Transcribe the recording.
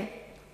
כן.